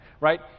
right